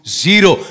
zero